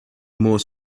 more